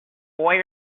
boy